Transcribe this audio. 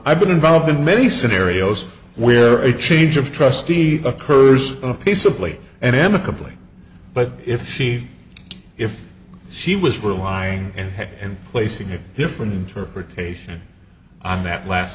i've been involved in many scenarios where a change of trustee occurs peaceably and amicably but if she if she was were lying in bed and placing a different interpretation on that last